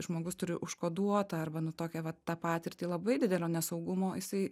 žmogus turi užkoduotą arba nu tokią va tą patirtį labai didelio nesaugumo jisai